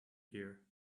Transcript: here